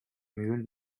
mühlen